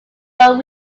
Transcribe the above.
lower